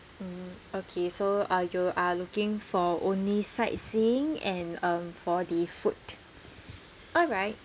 mm okay so uh you are looking for only sightseeing and uh for the food alright